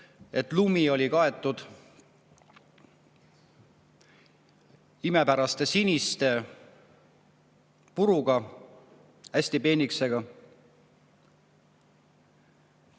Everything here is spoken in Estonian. et lumi oli kaetud imepärase sinise puruga, hästi peenikesega,